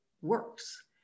works